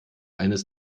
eines